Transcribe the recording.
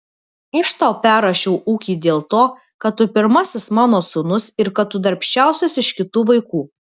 aš tau perrašiau ūkį dėl to kad tu pirmasis mano sūnus ir kad tu darbščiausias iš kitų vaikų